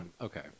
Okay